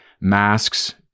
masks